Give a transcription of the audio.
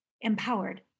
empowered